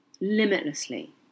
limitlessly